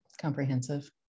Comprehensive